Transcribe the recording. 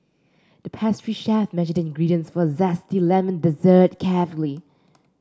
the pastry chef measured the ingredients for a zesty lemon dessert carefully